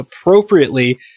appropriately